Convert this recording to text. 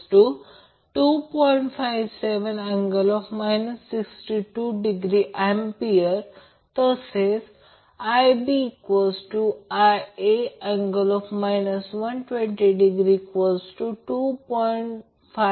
तर मला असे म्हणायचे आहे की गणिताचे त्रिकोणमितीय सूत्र हे सूत्र वापरा जसे की cos A cos B half cos A B cos A B आणि सोपे करा